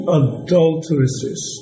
adulteresses